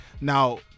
Now